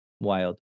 Wild